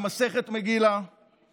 של מפא"י עד 77'